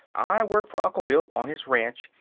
i work for uncle bill on his ranch,